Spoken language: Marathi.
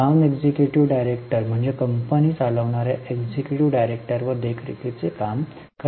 नॉन एक्झिक्युटिव्ह डायरेक्टर म्हणजे कंपनी चालवणाऱ्या एक्झिक्युटिव्ह डायरेक्टरवर देखरेखीचे काम करणे